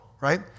right